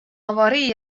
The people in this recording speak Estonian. avarii